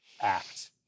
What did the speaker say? act